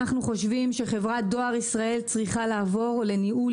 אנחנו חושבים שחברת דואר ישראל צריכה לעבור לניהול